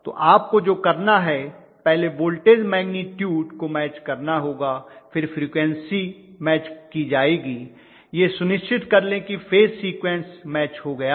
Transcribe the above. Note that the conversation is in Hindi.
तो आपको जो करना है पहले वोल्टेज मैग्निटूड को मैच करना होगा फिर फ्रीक्वन्सी मैच की जाएगी यह सुनिश्चित कर लें कि फेज सीक्वेंस मैच हो गया है